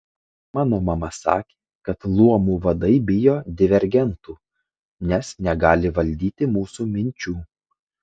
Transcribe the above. mano mama sakė kad luomų vadai bijo divergentų nes negali valdyti mūsų minčių